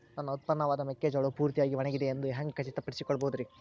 ನನ್ನ ಉತ್ಪನ್ನವಾದ ಮೆಕ್ಕೆಜೋಳವು ಪೂರ್ತಿಯಾಗಿ ಒಣಗಿದೆ ಎಂದು ಹ್ಯಾಂಗ ಖಚಿತ ಪಡಿಸಿಕೊಳ್ಳಬಹುದರೇ?